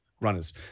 runners